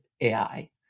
AI